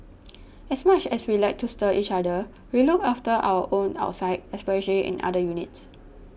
as much as we like to stir each other we look after our own outside especially in other units